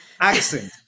Accent